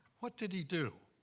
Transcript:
what did he do?